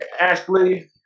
Ashley